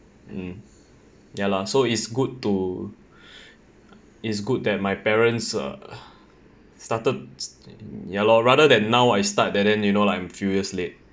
mm ya lah so it's good to it's good that my parents uh started ya lor rather than now I start and then you know like I am few years late